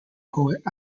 poet